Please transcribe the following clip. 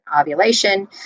ovulation